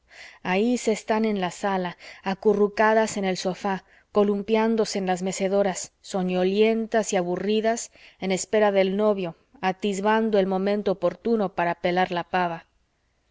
ahí se están en la sala acurrucadas en el sofá columpiándose en las mecedoras soñolientas y aburridas en espera del novio atisbando el momento oportuno para pelar la pava